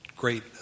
great